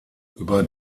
über